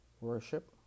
worship